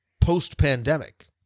post-pandemic